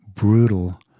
brutal